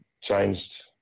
changed